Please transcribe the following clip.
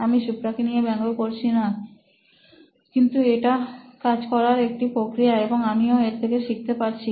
আমি সুপ্রাকে নিয়ে ব্যঙ্গ করছিনা কিন্তু এটা কাজ করার একটা প্রক্রিয়া এবং আমিও এর থেকে শিখতে পারছি